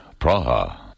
Praha